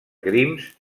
crims